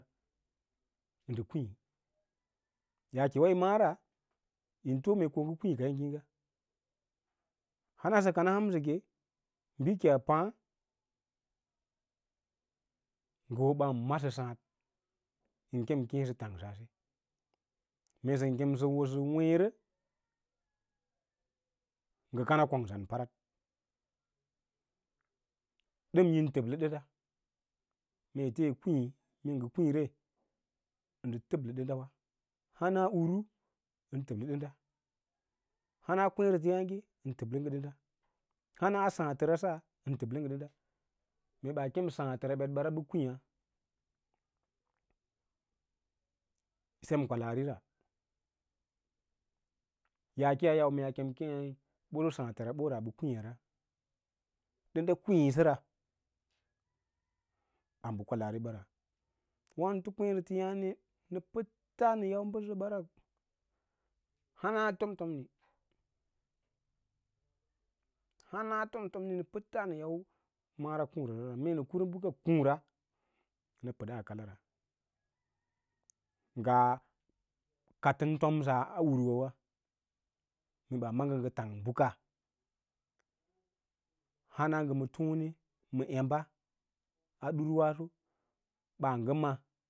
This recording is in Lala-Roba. Ndə kwiĩ, yaakewa yi mala’ra yi mee kong kwiĩ kaya ngiĩga hana sə kamaa hansə ke bikike a paã ngə ho ɓan masə sǎǎd ən kem keẽ sə tang saase, mee sən kem kə sə kveẽrə ngə kana kngsan parat. Dən yin təblə dənda mee ete yí kwiĩ, mee kwiĩ re ndə təblə ɗəndawa han a uru ən təblə ɗənda hana kweẽrete yaãge ən təbkə ngə dənda, hans sǎǎtəra sa ən təblə ngə dənda, has sǎǎtəra sa ən təblə ngə dənda, mee ɓaa kein sǎǎtəra betbara ndə kwiĩyâ sem kwalaari ra, yaa ki yaa yau yǐ kem kêê boso saãtərabora ndə kwãya ra ɗənda kwiĩ səra a bə kwalaari ɓara wânəfo kweẽreteya’ne nə pəts nə yau bəsa ɓara hana fomtomni, hana tom tomni nə pəta nə yau mara kuũrara, mes nə kura bəka kuũra nə pədas kalara, ngaa katəm tomsə a urwawa, mee ɓaa ma ngə ngə tang bəka hana ngə ma tone ma emba a durwaaso baa ngə ma.